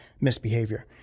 misbehavior